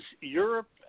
Europe